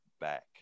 back